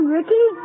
Ricky